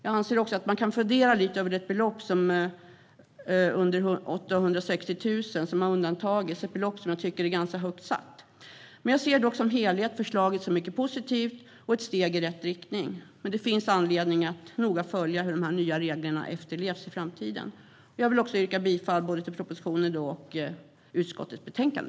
Jag anser också att man kan fundera lite över att belopp under 860 000 undantagits, ett belopp som jag tycker är ganska högt satt. Jag ser dock som helhet förslaget som positivt och ett steg i rätt riktning. Det finns dock anledning att noga följa hur de nya reglerna efterlevs i framtiden. Jag vill yrka bifall till utskottets förslag.